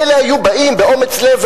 מילא היו באים באומץ לב,